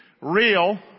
Real